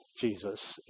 Jesus